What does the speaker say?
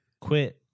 quit